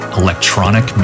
electronic